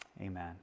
Amen